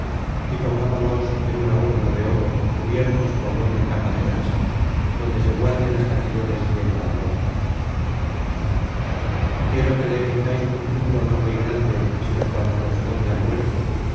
y póngamelos en una urna de oro cubiertos por doble capa de grasa donde se guarden hasta que yo descienda al orco quiero que le erijáis un túmulo no muy grande sino cual corresponde al muerto